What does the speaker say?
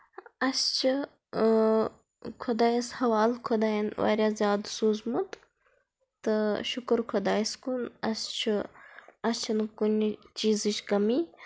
اَسہِ چھُ خۄدایَس حوالہٕ خۄدایَن واریاہ زیادٕ سوٗزمُت تہٕ شُکُر خۄدایَس کُن اَسہِ چھُ اَسہِ چھِنہٕ کُنہِ چیٖزٕچ کمی